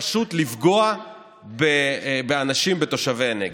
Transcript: פשוט לפגוע באנשים, בתושבי הנגב.